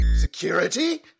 Security